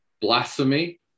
Blasphemy